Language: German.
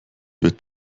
wird